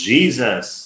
Jesus